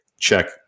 check